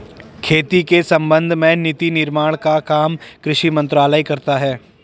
खेती के संबंध में नीति निर्माण का काम कृषि मंत्रालय करता है